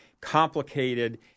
complicated